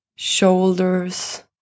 Shoulders